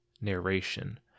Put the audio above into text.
narration